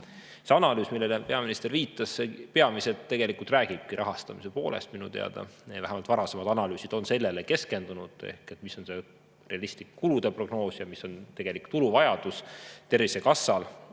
analüüs, millele peaminister viitas, peamiselt räägibki rahastamise poolest minu teada – vähemalt varasemad analüüsid on sellele keskendunud – ehk mis on realistlik kulude prognoos, mis on tegelik tuluvajadus Tervisekassal